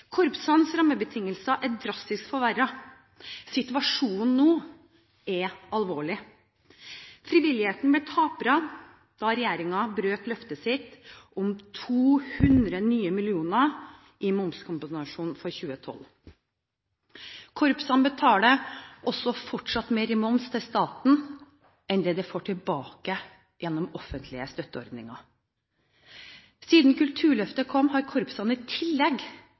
Korpsenes rammebetingelser er drastisk forverret. Situasjonen nå er alvorlig. Frivilligheten ble taperne da regjeringen brøt løftet sitt om 200 nye millioner i momskompensasjon for 2012. Korpsene betaler også fortsatt mer i moms til staten enn det de får tilbake gjennom offentlige støtteordninger. Siden Kulturløftet kom, har korpsene i tillegg